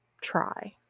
try